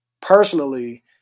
personally